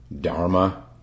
Dharma